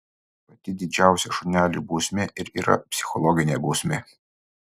pati didžiausia šuneliui bausmė ir yra psichologinė bausmė